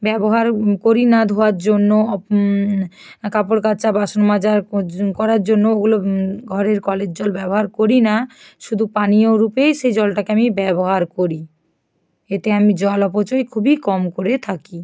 ব্যবহার করি না ধোয়ার জন্য কাপড় কাচা বাসন মাজার করার জন্য ওগুলো ঘরের কলের জল ব্যবহার করি না শুধু পানীয় রূপেই সেই জলটাকে আমি ব্যবহার করি এতে আমি জল অপচয় খুবই কম করে থাকি